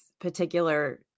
particular